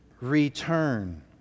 return